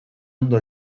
ondo